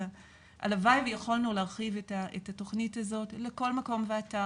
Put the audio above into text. אבל הלוואי ויכולנו להרחיב את התוכנית הזאת לכל מקום ואתר.